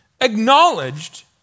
acknowledged